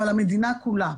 אבל המדינה כולה,